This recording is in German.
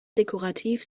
dekorativ